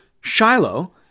Shiloh